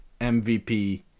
mvp